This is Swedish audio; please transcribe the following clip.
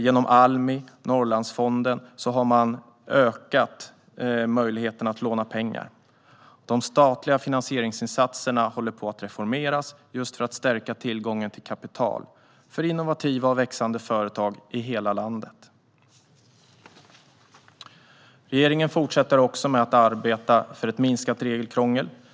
Genom Almi och Norrlandsfonden har man ökat möjligheten att låna pengar. De statliga finansieringsinsatserna håller på att reformeras just för att stärka tillgången till kapital för innovativa och växande företag i hela landet. Regeringen fortsätter också med att arbeta för ett minskat regelkrångel.